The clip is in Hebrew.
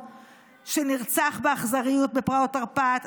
שנרצח באכזריות בפרעות תרפ"ט,